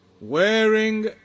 Wearing